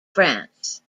france